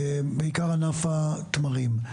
בעיקר ענף התמרים.